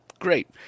great